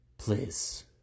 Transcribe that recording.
Please